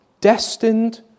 destined